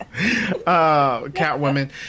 Catwoman